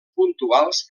puntuals